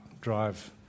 drive